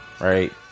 right